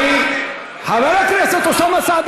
חבר הכנסת אוסאמה סעדי,